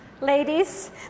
ladies